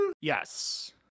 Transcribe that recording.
yes